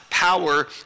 Power